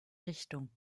richtung